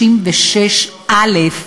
56(א)